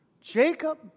Jacob